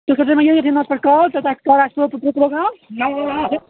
تُہۍ کٔرۍزیٚو مےٚ ییٚتھی نمبرَس پٮ۪ٹھ کال تہٕ تۄہہِ کر آسہِ پرٛوگرام